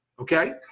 Okay